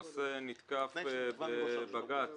הנושא נתקף בבג"ץ